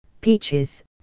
peaches